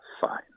fine